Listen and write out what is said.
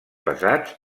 pesats